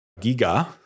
Giga